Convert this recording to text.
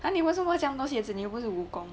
ah 你为什么这样多鞋子你又不是蜈蚣